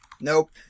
Nope